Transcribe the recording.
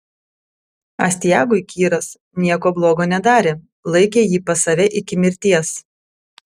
astiagui kyras nieko blogo nedarė laikė jį pas save iki mirties